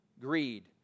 greed